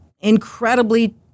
incredibly